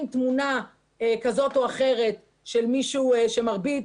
תמונה כזאת או אחרת של מישהו שמרביץ,